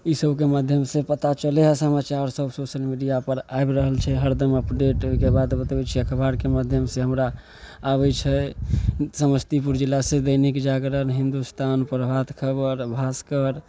ईसभके माध्यमसे पता चलै हइ समाचारसब सोशल मीडिआपर आबि रहल छै हरदम अपडेट ओहिके बाद बतबै छी एखन अखबारके माध्यमसे हमरा आबै छै समस्तीपुर जिलासे दैनिक जागरण हिन्दुस्तान प्रभात खबर आओर भास्कर